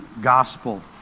gospel